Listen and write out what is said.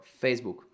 Facebook